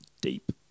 Deep